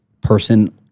person